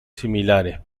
similares